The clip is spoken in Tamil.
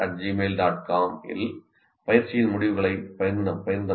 com இல் பயிற்சியின் முடிவுகளைப் பகிர்ந்தமைக்கு நன்றி